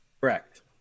Correct